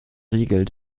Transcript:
regel